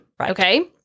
Okay